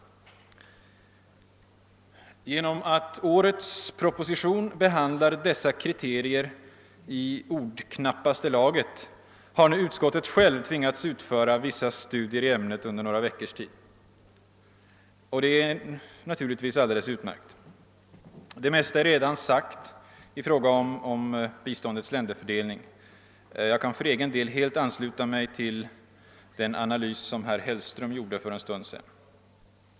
Genom att årets proposition behandlar dessa kriterier i ordknappaste laget har nu utskottet självt tvingats utföra vissa studier i ämnet under några veckors tid, och det är naturligtvis alldeles utmärkt. Det mesta är redan sagt i fråga om biståndets länderfördelning. Jag kan för egen del helt ansluta mig till den analys som herr Hellström gjorde för en stund sedan.